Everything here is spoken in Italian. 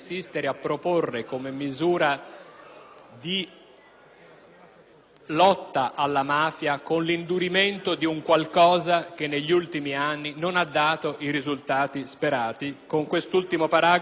di lotta alla mafia l'indurimento di un qualcosa che negli ultimi anni non ha dato i risultati sperati, con quest'ultima citazione, sempre dalla menzionata prefazione al libro: